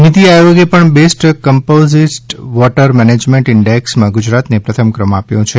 નીતી આયોગે પણ બેસ્ટ કમ્પોર્ઝીટ વોટર મેનેજમેન્ટ ઈન્ડેકેસમાં ગુજરાતને પ્રથમ ક્રમ આપ્યો છે